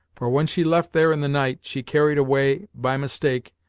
for, when she left there in the night, she carried away by mistake,